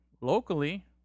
locally